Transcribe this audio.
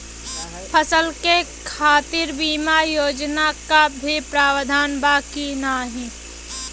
फसल के खातीर बिमा योजना क भी प्रवाधान बा की नाही?